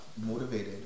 motivated